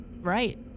Right